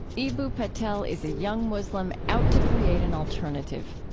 eboo patel is a young muslim out to create an alternative.